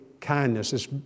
kindness